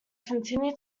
continued